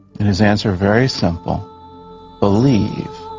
and his answer very simple believe